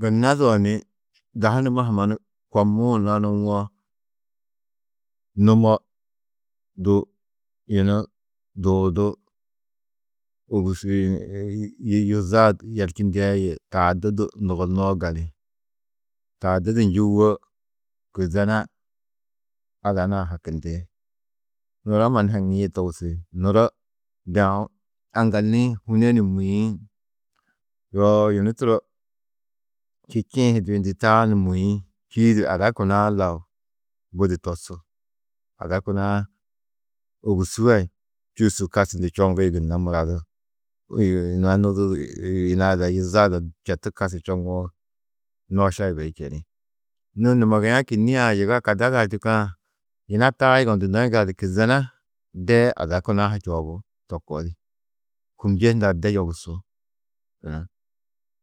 Gunnadoo ni, dahu numa ha mannu komuũ lanũwo numo du yunu duudu, ôwusu yê yu yuzoa yerčindiã yê taa du nugonnoó gali. Taa du, du njûwo kizena ada nuã hakindi. Nuro mannu haŋîe togusi. Nuro de aũ aŋgallo-ĩ hûne ni mûĩ yoo yunu turo čî či-ĩ hi duyindi taa ni mûĩ. Čîidi ada kuna-ã lau budi tosu. Ada kuna-ã ôwusu ai čûsu kasčundu čoŋgĩ gunna mura du nuduudu yina ada yiza ada četu kasči čoŋoo nooša yibeyi čeni. Nû numogiã kînnie-ã yiga kadada-ã čîkã yina taa yugondunnó yiŋgaldu kîzena dee ada kuna-ã ha čoobú to koo di. Kûmnje hundã de yobusú.